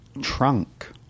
trunk